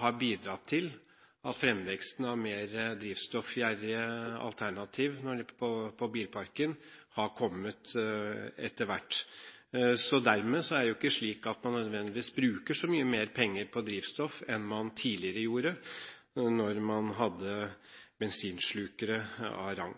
har bidratt til at fremveksten av mer drivstoffgjerrige alternativ for bilparken har kommet etter hvert. Dermed er det ikke slik at man nødvendigvis bruker så mye mer penger på drivstoff enn man gjorde tidligere, da man hadde bensinslukere av rang.